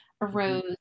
arose